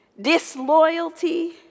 disloyalty